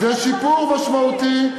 זה שיפור משמעותי.